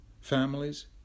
families